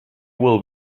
will